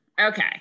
Okay